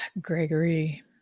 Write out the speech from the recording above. gregory